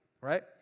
right